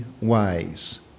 ways